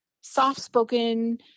soft-spoken